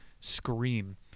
scream